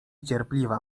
cierpliwa